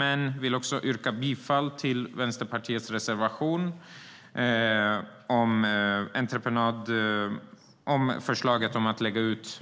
Jag yrkar dock även bifall till Vänsterpartiets reservation angående förslaget om att